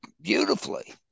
beautifully